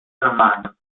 hermanos